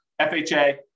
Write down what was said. FHA